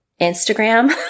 Instagram